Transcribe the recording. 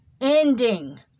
Ending